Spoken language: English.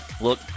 Look